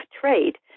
trade